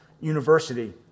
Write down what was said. University